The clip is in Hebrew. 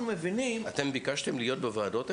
אתם ביקשתם להיות בוועדות האלה?